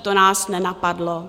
To nás nenapadlo.